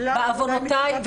בעוונותיי.